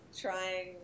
trying